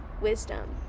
wisdom